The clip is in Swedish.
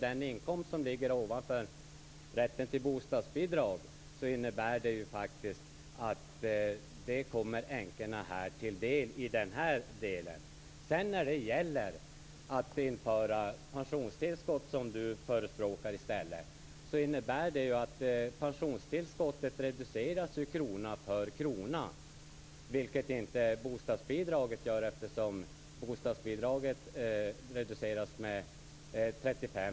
Den inkomst som ligger över rätten till bostadsbidrag kommer änkorna till del i den delen. Kenneth Lantz förespråkar i stället att införa pensionstillskott. Det innebär att pensionstillskottet reduceras krona för krona. Det sker inte med bostadsbidraget, eftersom bostadsbidraget reduceras med 35